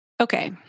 okay